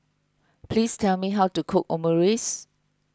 please tell me how to cook Omurice